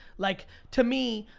like to me,